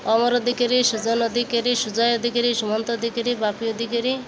ଅମର ଦିିକେରି ସୁଜନ ଦିିକେରି ସୁଜୟ ଦିିକେରି ସୁମନ୍ତ ଦିିକେରି ବାପି ଦିକେରି